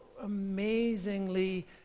amazingly